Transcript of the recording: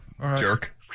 jerk